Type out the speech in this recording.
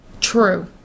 True